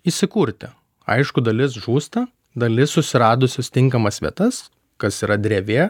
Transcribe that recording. įsikurti aišku dalis žūsta dalis susiradusios tinkamas vietas kas yra drevė